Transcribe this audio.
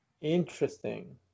Interesting